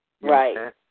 right